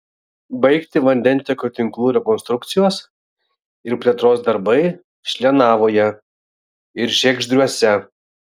baigti vandentiekio tinklų rekonstrukcijos ir plėtros darbai šlienavoje ir žiegždriuose